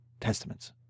Testaments